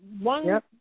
one